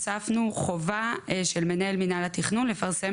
הוספנו חובה של מנהל מינהל התכנון לפרסם